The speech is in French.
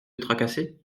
tracassait